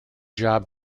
job